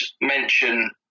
mention